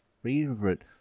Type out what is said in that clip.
Favorite